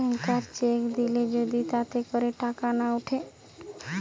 ব্যাংকার cheque দিলে যদি তাতে করে টাকা না উঠে